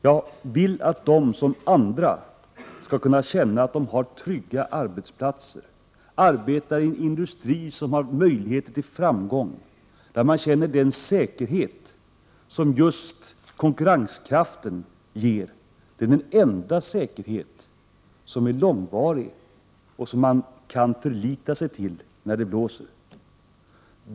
Jag vill att de som andra skall kunna känna att de har trygga arbetsplatser och arbetar i en industri som har möjligheter till framgång och där man känner den säkerhet som just konkurrenskraften ger. Det är den enda säkerhet som är långvarig och som man kan förlita sig till när det blåser.